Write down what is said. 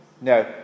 no